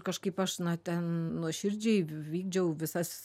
kažkaip aš na ten nuoširdžiai vykdžiau visas